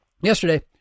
Yesterday